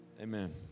Amen